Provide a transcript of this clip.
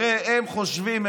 הרי הם חושבים,